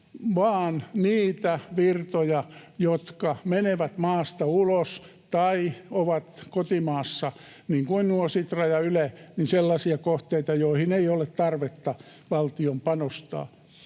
— niitä virtoja, jotka menevät maasta ulos tai ovat kotimaassa, niin kuin nuo Sitra ja Yle, sellaisia kohteita, joihin ei ole tarvetta valtion panostaa.